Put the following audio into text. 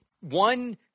one